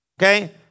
okay